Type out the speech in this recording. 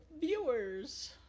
viewers